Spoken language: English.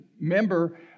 member